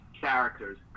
characters